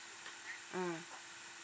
mm